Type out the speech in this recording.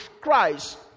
Christ